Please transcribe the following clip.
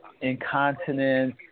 incontinence